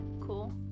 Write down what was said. cool